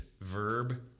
verb